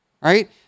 Right